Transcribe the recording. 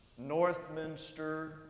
Northminster